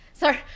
Sorry